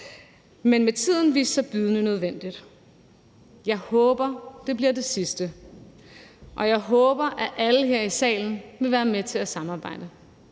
sig at have været bydende nødvendigt? Jeg håber, det bliver det sidste, og jeg håber, at alle her i salen vil være med til at samarbejde.